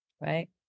Right